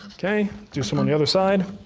okay, do some on the other side.